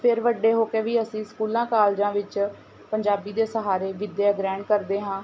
ਫਿਰ ਵੱਡੇ ਹੋ ਕੇ ਵੀ ਅਸੀਂ ਸਕੂਲਾਂ ਕਾਲਜਾਂ ਵਿੱਚ ਪੰਜਾਬੀ ਦੇ ਸਹਾਰੇ ਵਿੱਦਿਆ ਗ੍ਰਹਿਣ ਕਰਦੇ ਹਾਂ